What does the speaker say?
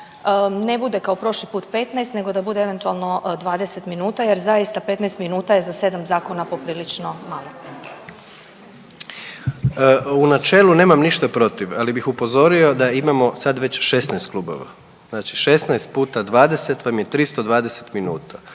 ne bude kao prošli put 15 nego da bude eventualno 20 minuta jer zaista 15 minuta je za 7 zakona poprilično malo. **Jandroković, Gordan (HDZ)** U načelu nemam ništa protiv, ali bih upozorio da imamo sad već 16 klubova, znači 16 puta 20 vam je 320 minuta